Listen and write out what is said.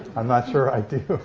i'm not sure i do.